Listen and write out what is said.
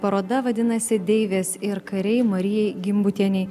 paroda vadinasi deivės ir kariai marijai gimbutienei